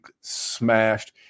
smashed